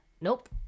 Nope